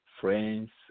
friends